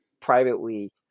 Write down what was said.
privately